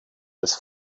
this